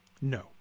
No